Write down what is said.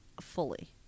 fully